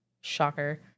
shocker